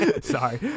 Sorry